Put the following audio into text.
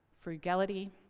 Frugality